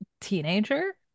teenager